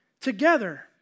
together